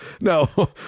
No